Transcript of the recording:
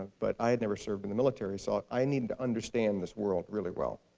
but i had never served in the military, so i needed to understand this world really well.